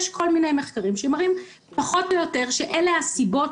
יש מחקרים שמראים פחות או יותר את הסיבות